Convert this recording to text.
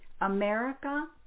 America